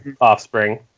offspring